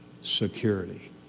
security